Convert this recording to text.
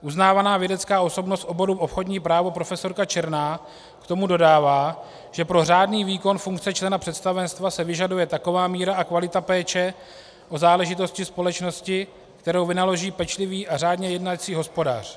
Uznávaná vědecká osobnost v oboru obchodní právo prof. Černá k tomu dodává, že pro řádný výkon funkce člena představenstva se vyžaduje taková míra a kvalita péče o záležitosti společnosti, kterou vynaloží pečlivý a řádně jednající hospodář.